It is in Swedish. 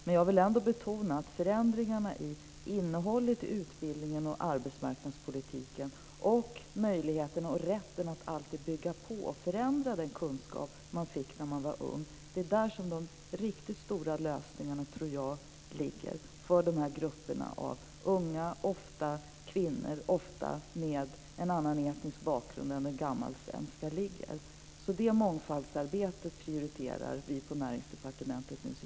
Men jag vill också betona att de riktigt stora lösningarna för de grupperna, ofta kvinnor, ofta med en annan etnisk bakgrund än den svenska, ligger i förändringarna i innehållet i utbildningen och arbetsmarknadspolitiken och möjligheten och rätten att bygga på och förändra den kunskap man fick när man var ung. Vi prioriterar mångfaldsarbetet på Näringsdepartementet.